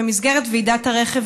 במסגרת ועידת הרכב,